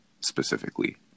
specifically